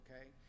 Okay